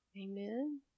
amen